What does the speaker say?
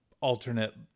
alternate